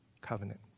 covenant